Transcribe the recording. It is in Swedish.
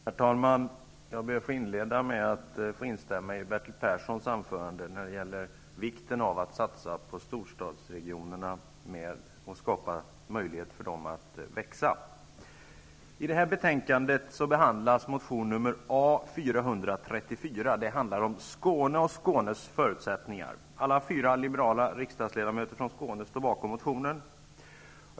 Herr talman! Jag ber att få inleda med att instämma i Bertil Perssons anförande när det gäller vikten av att satsa på storstadsregionerna och skapa möjligheter för dem att växa. I det här betänkandet behandlas motion A434 som handlar om Skåne och Skånes förutsättningar. Alla de fyra liberala riksdagsledamöterna från Skåne står bakom motionen.